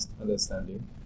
understanding